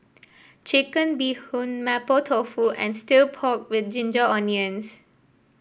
Chicken Bee Hoon Mapo Tofu and stir pork with Ginger Onions